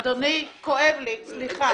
אדוני, כואב לי, סליחה.